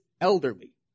elderly